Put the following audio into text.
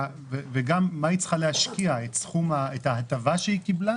מי בעד ההסתייגות?